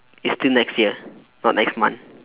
it's still next year not next month